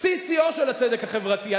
שיא שיאו של הצדק החברתי.